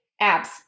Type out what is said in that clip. Abs